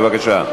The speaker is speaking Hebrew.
בבקשה.